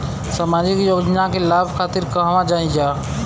सामाजिक योजना के लाभ खातिर कहवा जाई जा?